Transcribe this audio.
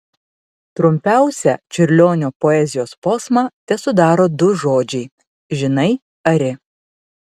trumpiausią čiurlionio poezijos posmą tesudaro du žodžiai žinai ari